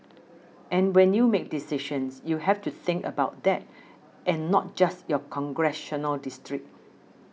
and when you make decisions you have to think about that and not just your congressional district